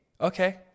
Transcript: Okay